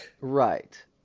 Right